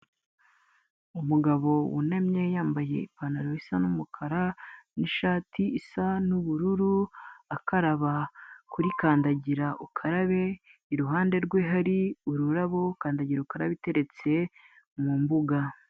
Umugabo wunamye yambaye ipantaro isa n'umukara n'ishati isa n'ubururu, akaraba kuri kandagira ukarabe, iruhande rwe hari ururabo, kandagira ukarabe iteretse mu mbuga.